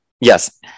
Yes